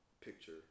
picture